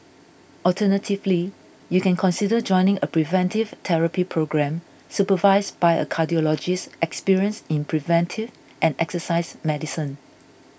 alternatively you can consider joining a preventive therapy programme supervised by a cardiologist experienced in preventive and exercise medicine